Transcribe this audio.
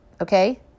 okay